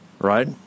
right